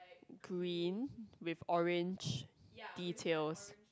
green with orange details